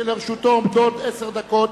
ולרשותו עומדות עשר דקות.